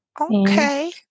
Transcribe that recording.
Okay